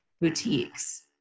boutiques